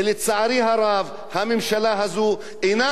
הממשלה הזו אינה עושה ולא תעשה,